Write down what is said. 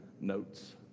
notes